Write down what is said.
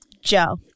Joe